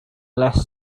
less